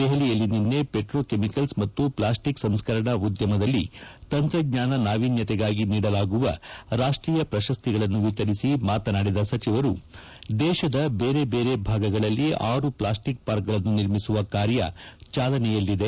ದೆಹಲಿಯಲ್ಲಿ ನಿನ್ನೆ ಪೆಟ್ರೋಕೆಮಿಕಲ್ಸ್ ಮತ್ತು ಪ್ಲಾಸ್ಟಿಕ್ ಸಂಸ್ಕರಣಾ ಉದ್ದಮದಲ್ಲಿ ತಂತ್ರಜ್ಞಾನ ನಾವಿನ್ದತೆಗಾಗಿ ನೀಡಲಾಗುವ ರಾಷ್ಟೀಯ ಪ್ರಶಸ್ತಿಗಳನ್ನು ವಿತರಿಸಿ ಮಾತನಾಡಿದ ಸಚಿವರು ದೇಶದ ಬೇರೆ ಬೇರೆ ಭಾಗಗಳಲ್ಲಿ ಆರು ಪ್ಲಾಸ್ಟಿಕ್ ಪಾರ್ಕ್ಗಳನ್ನು ನಿರ್ಮಿಸುವ ಕಾರ್ಯ ಚಾಲನೆಯಲ್ಲಿದೆ